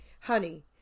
Honey